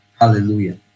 Hallelujah